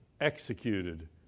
executed